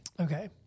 Okay